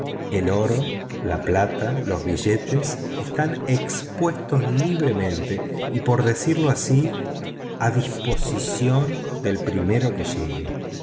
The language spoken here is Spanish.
el oro la plata los billetes están expuestos libremente y por decirlo así a disposición del primero que llegue